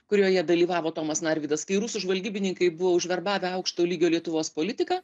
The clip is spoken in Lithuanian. kurioje dalyvavo tomas narvydas kai rusų žvalgybininkai buvo užverbavę aukšto lygio lietuvos politiką